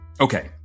Okay